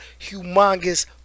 humongous